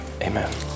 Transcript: amen